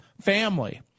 family